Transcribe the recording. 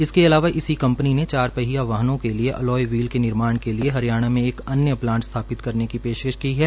इसके अलावा इसी कंपनी ने चार पहिया वाहनों के लिए अलॉय व्हील निर्माण के लिए हरियाणा में एक अन्य प्लांट स्थापित करने की भी पेशकश की है